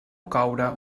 coure